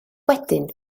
wedyn